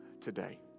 today